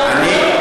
אנחנו מסמנים אותם.